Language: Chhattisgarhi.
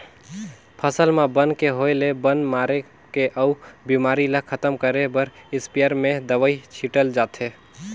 फसल म बन के होय ले बन मारे के अउ बेमारी ल खतम करे बर इस्पेयर में दवई छिटल जाथे